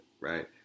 right